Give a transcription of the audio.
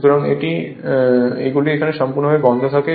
সুতরাং এটি এইগুলি সম্পূর্ণভাবে বন্ধ থাকে